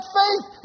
faith